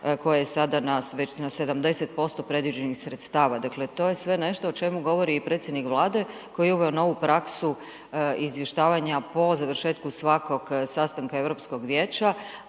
koje sada već na 70% predviđenih sredstava, dakle to je sve nešto o čemu govori i predsjednik Vlade koji je uveo novu praksu izvještavanja po završetku svakog sastanka Europskog vijeća.